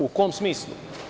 U kom smislu?